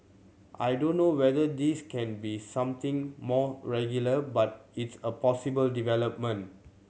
I don't know whether this can be something more regular but it's a possible development